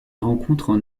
rencontrent